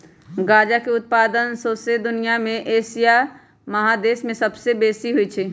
गजा के उत्पादन शौसे दुनिया में एशिया महादेश में सबसे बेशी होइ छइ